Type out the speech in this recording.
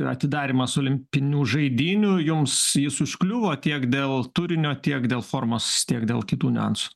ir atidarymas olimpinių žaidynių jums jis užkliuvo tiek dėl turinio tiek dėl formos tiek dėl kitų niuansų